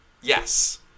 yes